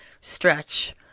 stretch